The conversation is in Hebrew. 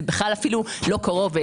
זה אפילו לא קרוב.